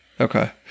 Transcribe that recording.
Okay